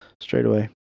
straightaway